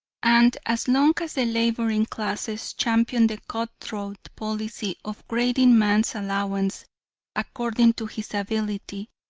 and as long as the laboring classes champion the cutthroat policy of grading man's allowance according to his ability,